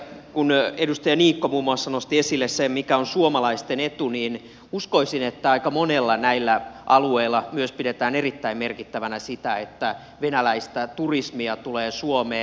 kun edustaja niikko muun muassa nosti esille sen mikä on suomalaisten etu niin uskoisin että aika monella näistä alueista pidetään erittäin merkittävänä myös sitä että venäläistä turismia tulee suomeen